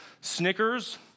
Snickers